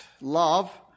love